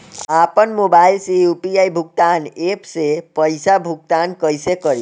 आपन मोबाइल से यू.पी.आई भुगतान ऐपसे पईसा भुगतान कइसे करि?